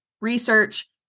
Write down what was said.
research